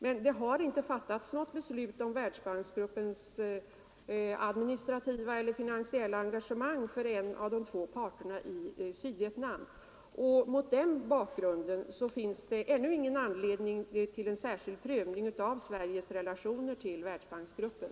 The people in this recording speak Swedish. Men det har inte fattats något beslut om Världsbanksgruppens administrativa eller finansiella engagemang för en av de två parterna i Sydvietnam. Mot den bakgrunden finns det ännu ingen anledning till en särskild prövning av Sveriges relationer till Världsbanksgruppen.